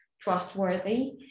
trustworthy